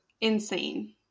insane